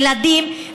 ילדים,